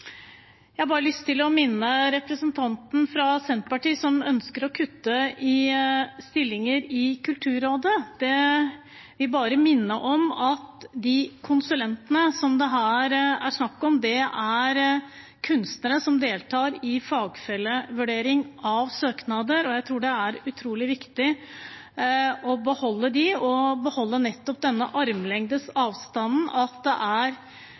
Jeg har bare lyst til å minne representanten fra Senterpartiet, som ønsker å kutte i stillinger i Kulturrådet, om at de konsulentene det her er snakk om, er kunstnere som deltar i fagfellevurdering av søknader. Jeg tror det er utrolig viktig å beholde dem og beholde nettopp denne armlengdes avstanden at det er